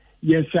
yes